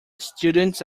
students